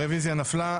הרביזיה נפלה.